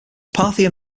parthian